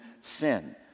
sin